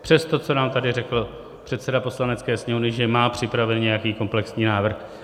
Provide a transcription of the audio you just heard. Přes to, co nám tady řekl předseda Poslanecké sněmovny, že má připraven nějaký komplexní návrh.